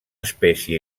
espècie